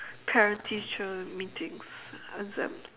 parent teacher meetings exams